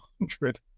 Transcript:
hundred